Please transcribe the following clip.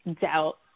doubt